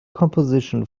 composition